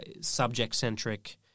subject-centric